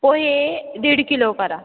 पोहे दीड किलो करा